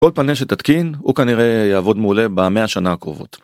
כל פאנל שתתקין הוא כנראה יעבוד מעולה במאה השנה הקרובות.